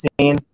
seen